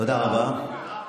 תודה רבה.